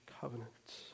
covenants